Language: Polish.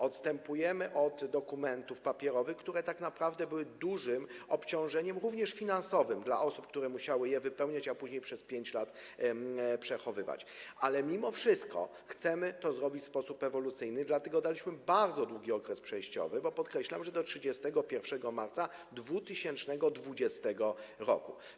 Odstępujemy od dokumentów papierowych, które tak naprawdę były dużym obciążeniem, również finansowym, dla osób, które musiały je wypełniać, a później przez 5 lat przechowywać, ale mimo wszystko chcemy to zrobić w sposób ewolucyjny, dlatego przyjęliśmy bardzo długi okres przejściowy, bo, podkreślam, do 31 marca 2020 r.